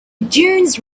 dunes